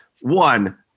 One